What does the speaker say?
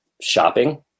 shopping